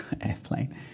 airplane